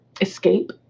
escape